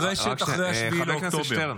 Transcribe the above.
נדרשת אחרי 7 באוקטובר.